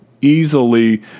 easily